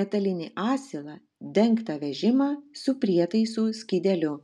metalinį asilą dengtą vežimą su prietaisų skydeliu